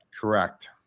Correct